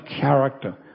character